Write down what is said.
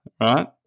right